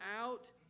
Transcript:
out